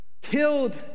killed